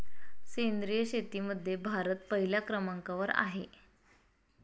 सेंद्रिय शेतीमध्ये भारत पहिल्या क्रमांकावर आहे